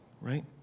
right